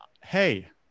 Hey